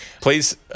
Please